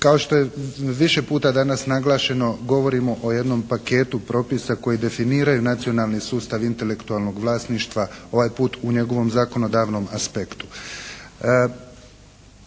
kao što je više puta danas naglašeno govorimo o jednom paketu propisa koji definiraju nacionalni sustav intelektualnog vlasništva, ovaj puta u njegovom zakonodavnom aspektu.